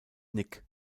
nick